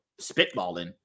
spitballing